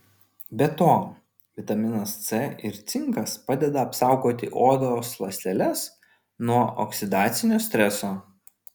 be to vitaminas c ir cinkas padeda apsaugoti odos ląsteles nuo oksidacinio streso